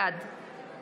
בעד